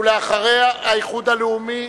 אחריו, האיחוד הלאומי,